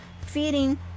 feeding